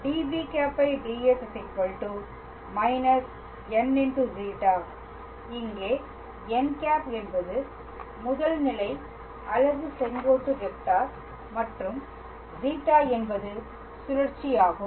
எனவே db̂ds −nζ இங்கே n̂ என்பது முதல் நிலை அலகு செங்கோட்டு வெக்டார் மற்றும் ζ என்பது சுழற்சி ஆகும்